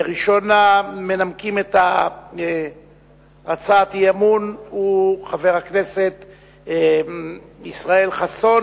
ראשון המנמקים את הצעת האי-אמון הוא חבר הכנסת ישראל חסון,